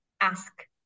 ask